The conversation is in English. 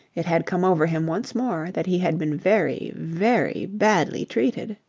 it had come over him once more that he had been very, very badly treated.